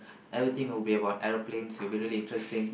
everything would be about aeroplanes it would be really interesting